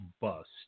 bust